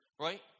Right